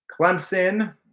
Clemson